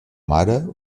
mare